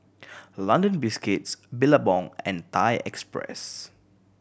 London Biscuits Billabong and Thai Express